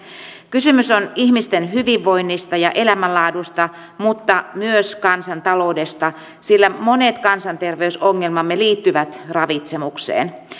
kysymys on ihmisten hyvinvoinnista ja elämänlaadusta mutta myös kansantaloudesta sillä monet kansanterveysongelmamme liittyvät ravitsemukseen